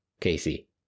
Casey